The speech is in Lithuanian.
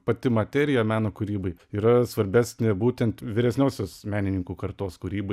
pati materija meno kūrybai yra svarbesnė būtent vyresniosios menininkų kartos kūrybai